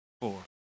Four